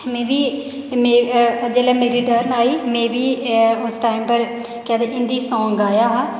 में बी जेल्लै मेरी टर्न आई ते में बी उस टाईम पर हिंदी सॉन्ग गाया हा